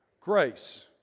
grace